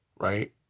right